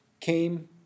came